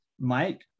Mike